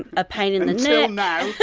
a pain in the neck